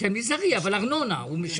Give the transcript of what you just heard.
כן, מזערי, אבל הוא משלם